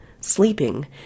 sleeping